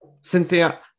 Cynthia